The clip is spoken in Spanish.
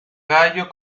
gallo